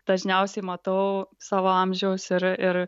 dažniausiai matau savo amžiaus ir ir